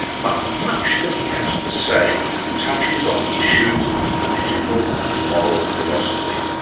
but much that he has to say touches on issues in political and moral philosophy.